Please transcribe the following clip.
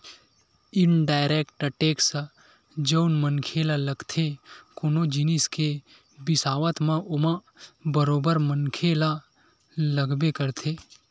indirect tax जउन मनखे ल लगथे कोनो जिनिस के बिसावत म ओमा बरोबर मनखे ल लगबे करथे